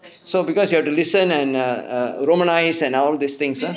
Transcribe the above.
so because you have to listen and err err romanised and all these things ah